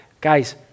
guys